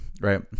right